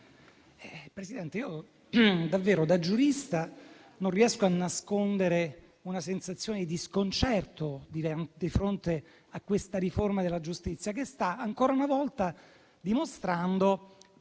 Presidente, da giurista non riesco davvero a nascondere una sensazione di sconcerto di fronte a questa riforma della giustizia che sta ancora una volta dimostrando